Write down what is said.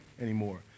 anymore